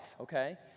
okay